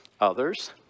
others